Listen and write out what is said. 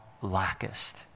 lackest